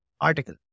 article